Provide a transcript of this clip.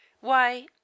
Why